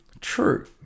true